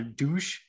douche